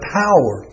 power